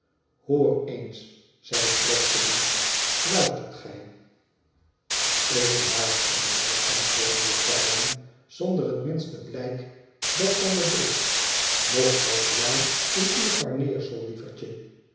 hoor eens zei fledgeby t luistert gij ik luister mijnheer antwoordde juffrouw wren zonder het minste blijk dat zij het deed nog wat blauw in uw gameersel lievertje